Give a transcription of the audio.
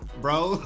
bro